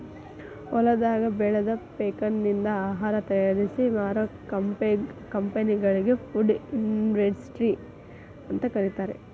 ಹೊಲದಾಗ ಬೆಳದ ಪೇಕನಿಂದ ಆಹಾರ ತಯಾರಿಸಿ ಮಾರೋ ಕಂಪೆನಿಗಳಿ ಫುಡ್ ಇಂಡಸ್ಟ್ರಿ ಅಂತ ಕರೇತಾರ